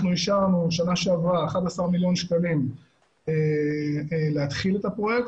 אנחנו אישרנו בשנה שעברה 11 מיליון שקלים להתחיל את הפרויקט,